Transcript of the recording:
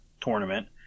tournament